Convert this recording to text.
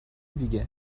دیگه